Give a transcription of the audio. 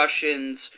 discussions